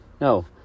No